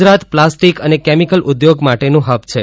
Gujarat plastic અને chemical ઉપયોગ માટેનું હબ છે